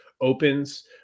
opens